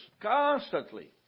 Constantly